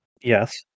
yes